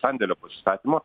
sandėlio pasistatymo